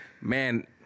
Man